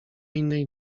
innej